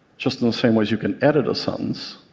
just in the same way as you can edit a sentence,